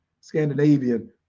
Scandinavian